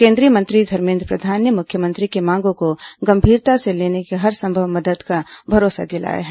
केंद्रीय मंत्री धमेन्द्र प्रधान ने मुख्यमंत्री की मांगों को गंभीरता से लेते हुए हरसंभव मदद का भरोसा दिलाया है